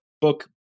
book